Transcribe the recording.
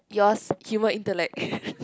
yours humour intellect